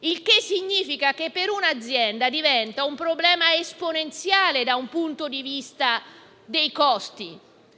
Il che significa che per un'azienda diventa un problema esponenziale da un punto di vista dei costi.